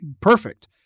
Perfect